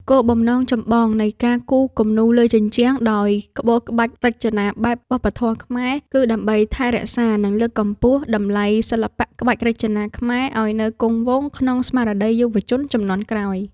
គោលបំណងចម្បងនៃការគូរគំនូរលើជញ្ជាំងដោយប្រើក្បូរក្បាច់រចនាបែបវប្បធម៌ខ្មែរ គឺដើម្បីថែរក្សា និងលើកកម្ពស់តម្លៃសិល្បៈក្បាច់រចនាខ្មែរឱ្យនៅគង់វង្សក្នុងស្មារតីយុវជនជំនាន់ក្រោយ។